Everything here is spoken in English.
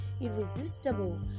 irresistible